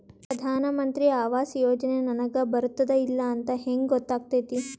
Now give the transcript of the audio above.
ಪ್ರಧಾನ ಮಂತ್ರಿ ಆವಾಸ್ ಯೋಜನೆ ನನಗ ಬರುತ್ತದ ಇಲ್ಲ ಅಂತ ಹೆಂಗ್ ಗೊತ್ತಾಗತೈತಿ?